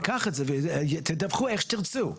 תדווחו איך שתרצו.